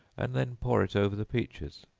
and then pour it over the peaches.